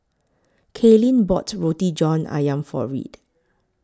Kaylyn bought Roti John Ayam For Reid